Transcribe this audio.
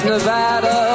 Nevada